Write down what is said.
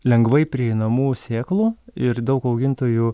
lengvai prieinamų sėklų ir daug augintojų